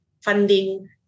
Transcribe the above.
funding